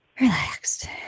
relaxed